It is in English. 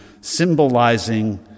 symbolizing